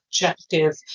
objective